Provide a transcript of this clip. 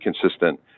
consistent